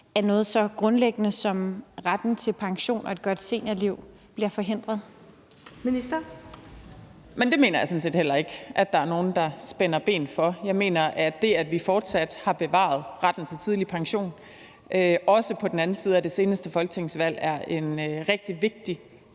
Beskæftigelsesministeren (Ane Halsboe-Jørgensen): Men det mener jeg sådan set heller ikke at der er nogen der spænder ben for. Jeg mener, at det, at vi fortsat har bevaret retten til tidlig pension, også på den anden side af det seneste folketingsvalg, er en rigtig vigtig